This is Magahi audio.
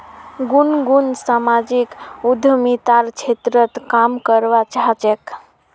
गुनगुन सामाजिक उद्यमितार क्षेत्रत काम करवा चाह छेक